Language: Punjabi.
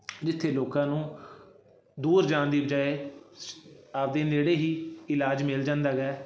ਜਿੱਥੇ ਲੋਕਾਂ ਨੂੰ ਦੂਰ ਜਾਣ ਦੀ ਬਜਾਏ ਆਪ ਦੇ ਨੇੜੇ ਹੀ ਇਲਾਜ ਮਿਲ ਜਾਂਦਾ ਹੈਗਾ